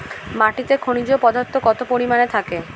মাটিতে খনিজ পদার্থ কত পরিমাণে থাকে?